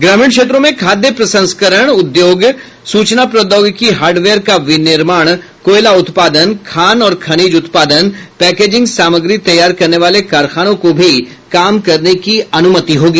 ग्रामीण क्षेत्रों में खाद्य प्रसंस्करण उद्योग सूचना प्रौद्योगिकी हार्डवेयर का विनिर्माण कोयला उत्पादन खान और खनिज उत्पादन पैकेजिंग सामग्री तैयार करने वाले कारखानों को भी काम करने की अनुमति होगी